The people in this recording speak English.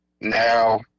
Now